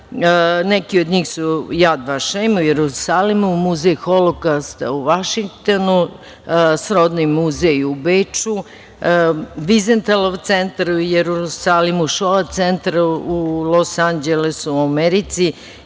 neki od njih su Jad Vašem, Jerusalim, Muzej holokausta u Vašingtonu, srodni muzej u Beču, Vizentalom centar u Jerusalimu, centar u Los Anđelesu u Americi,